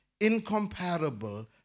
incomparable